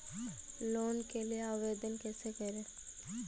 Loan के लिए आवेदन कैसे करें?